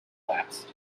collapsed